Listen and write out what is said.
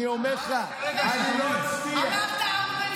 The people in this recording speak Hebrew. אני אומר לך, הרגע אמרת שאתה תומך.